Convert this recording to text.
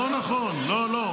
לא, לא.